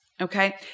okay